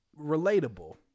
relatable